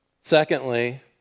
Secondly